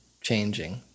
changing